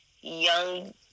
young